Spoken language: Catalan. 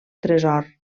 tresor